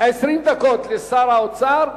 20 דקות לשר האוצר,